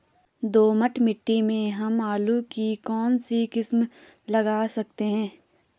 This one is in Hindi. दोमट मिट्टी में हम आलू की कौन सी किस्म लगा सकते हैं?